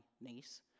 niece